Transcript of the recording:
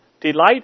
delight